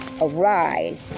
Arise